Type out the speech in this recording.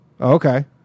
Okay